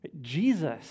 Jesus